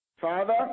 Father